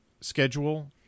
schedule